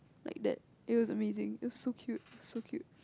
like that it was amazing it was so cute so cute